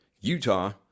utah